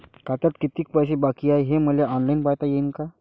खात्यात कितीक पैसे बाकी हाय हे मले ऑनलाईन पायता येईन का?